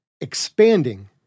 expanding